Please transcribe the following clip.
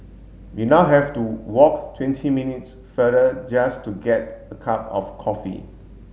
we now have to walk twenty minutes farther just to get a cup of coffee